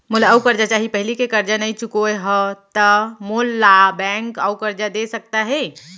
मोला अऊ करजा चाही पहिली के करजा नई चुकोय हव त मोल ला बैंक अऊ करजा दे सकता हे?